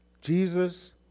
Jesus